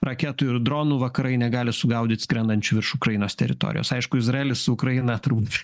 raketų ir dronų vakarai negali sugaudyt skrendančių virš ukrainos teritorijos aišku izraelis ukraina turbūt